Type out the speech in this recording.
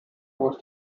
was